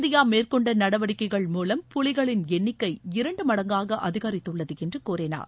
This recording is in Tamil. இந்தியாமேற்கொண்டநடவடிக்கைகள் புலிகளின் எண்ணிக்கை இரண்டு மூலம் மடங்காகஅதிகரித்துள்ளதுஎன்றுகூறினார்